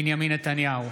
בנימין נתניהו,